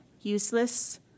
useless